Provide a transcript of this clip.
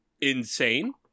insane